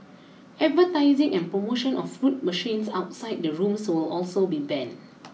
advertising and promotion of fruit machines outside the rooms will also be banned